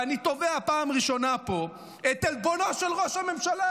ואני תובע פעם ראשונה פה את עלבונו של ראש הממשלה,